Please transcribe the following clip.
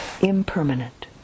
impermanent